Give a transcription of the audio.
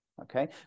Okay